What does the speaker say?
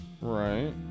Right